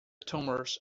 tumors